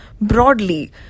broadly